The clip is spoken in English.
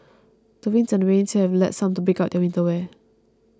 the winds and rain here have led some to break out their winter wear